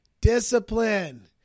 discipline